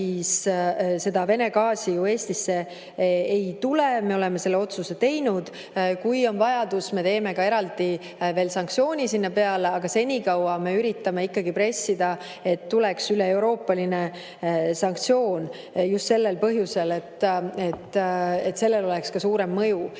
praegu Vene gaasi Eestisse ei tule. Me oleme selle otsuse teinud. Kui on vaja, siis teeme veel eraldi sanktsiooni sinna peale. Aga senikaua me üritame ikkagi pressida, et tuleks üleeuroopaline sanktsioon – just sellel põhjusel, et oleks suurem mõju.